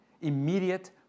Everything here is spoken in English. immediate